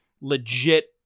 legit